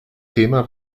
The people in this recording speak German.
thema